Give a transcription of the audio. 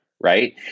right